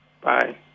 Bye